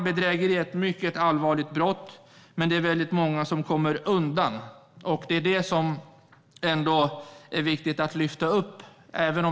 Bedrägeri är ett mycket allvarligt brott, men det är väldigt många som kommer undan, och det är viktigt att lyfta upp.